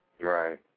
Right